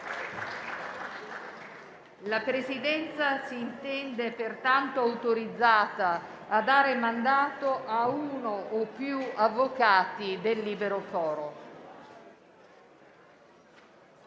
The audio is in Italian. La Presidenza si intende pertanto autorizzata a dare mandato a uno o più avvocati del libero foro.